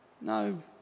No